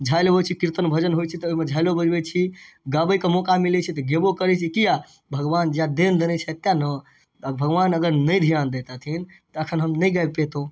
झालि बजबै छी कीर्तन भजन होइ छै तऽ ओइमे झाइलो बजबै छी गाबैके मौका मिलै छै तऽ गेबो करै छी किया भगवान जैं देने देने छथि तैं ने आब भगवान अगर नहि ध्यान दैतऽथिन तऽ एखन हम नहि गाबि पैतौं